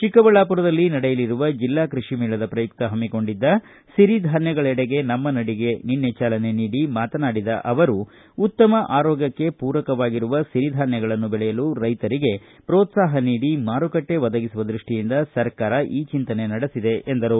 ಚಿಕ್ಕಬಳ್ಳಾಪುರದಲ್ಲಿ ನಡೆಯಲಿರುವ ಜಿಲ್ಲಾ ಕೃಷಿ ಮೇಳದ ಪ್ರಯುಕ್ತ ಹಮ್ಮಿಕೊಂಡಿದ್ದ ಸಿರಿಧಾನ್ಯಗಳೆಡೆಗೆ ನಮ್ಮ ನಡಿಗೆಗೆ ನಿನ್ನೆ ಚಾಲನೆ ನೀಡಿ ಮಾತನಾಡಿದ ಅವರು ಉತ್ತಮ ಆರೋಗ್ಯಕ್ಷೆ ಪೂರಕವಾಗಿರುವ ಸಿರಿಧಾನ್ಯಗಳನ್ನು ಬೆಳೆಯಲು ರೈತರಿಗೆ ಪ್ರೋತ್ಸಾಹ ನೀಡಿ ಮಾರುಕಟ್ಟೆ ಒದಗಿಸುವ ದೃಷ್ಟಿಯಿಂದ ಸರ್ಕಾರ ಈ ಚಿಂತನೆ ನಡೆಸಿದೆ ಎಂದರು